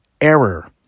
error